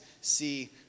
see